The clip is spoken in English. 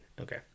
okay